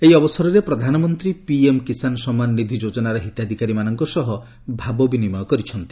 ଏହି ଅବସରରେ ପ୍ରଧାନମନ୍ତ୍ରୀ ପିଏମ୍ କିଷାନ ସମ୍ମାନ ନିଧି ଯୋଜନାର ହିତାଧିକାରୀମାନଙ୍କ ସହ ଭାବ ବିନିମୟ କରିଛନ୍ତି